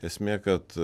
esmė kad